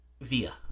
Via